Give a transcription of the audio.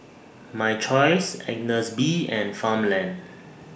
My Choice Agnes B and Farmland